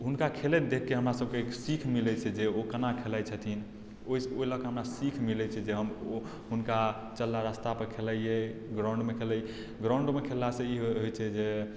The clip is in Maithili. हुनका खेलैत देखि कऽ हमरासभके सीख मिलैत छै जे ओ केना खेलाइत छथिन ओहि ओहि लऽ कऽ हमरासभकेँ सीख मिलैत छै जे हम ओ हुनकर चलला रास्तापर खेलइयै ग्राउंडमे खेल ग्राउंडमे खेलेलासँ ई होइत छै जे